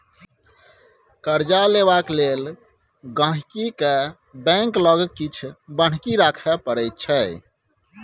कर्जा लेबाक लेल गांहिकी केँ बैंक लग किछ बन्हकी राखय परै छै